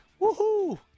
Woohoo